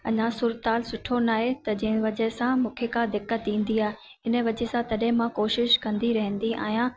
अञा सुरु तालु सुठो न आहे त जंहिं वजह सां मूंखे का दिक़त ईंदी आहे इन वजह सां तॾहिं मां कोशिशि कंदी रहंदी आहियां